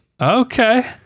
Okay